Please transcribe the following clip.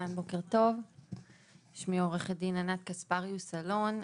שמי עורכת-דין ענת קספריוס אלון,